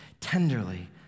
tenderly